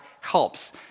helps